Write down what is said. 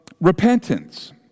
repentance